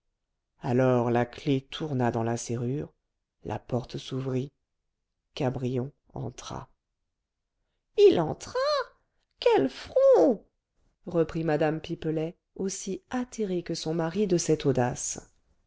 alors la clef tourna dans la serrure la porte s'ouvrit cabrion entra il entra quel front reprit mme pipelet aussi atterrée que son mari de cette audace